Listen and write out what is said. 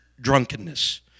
drunkenness